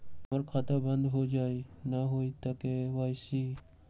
हमर खाता बंद होजाई न हुई त के.वाई.सी?